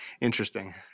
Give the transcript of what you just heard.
Interesting